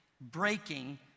breaking